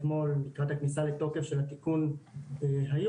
אתמול לקראת הכניסה לתוקף של התיקון היום,